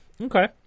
Okay